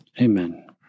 Amen